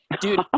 Dude